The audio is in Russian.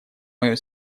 моем